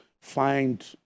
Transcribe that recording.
find